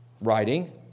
writing